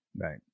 Right